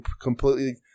completely